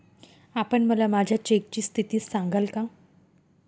आपण मला माझ्या चेकची स्थिती सांगाल का?